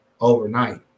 overnight